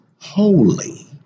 holy